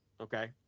Okay